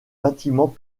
bâtiments